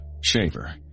Shaver